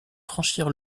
franchir